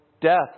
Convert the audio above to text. death